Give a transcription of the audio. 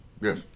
yes